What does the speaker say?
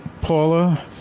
Paula